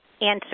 answer